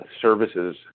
services